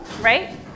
right